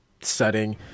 setting